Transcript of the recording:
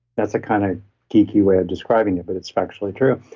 that's a kind of geeky way of describing it, but it's factually true.